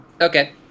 okay